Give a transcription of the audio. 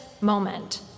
moment